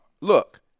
Look